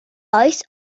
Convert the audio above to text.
oes